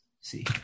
see